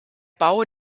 bau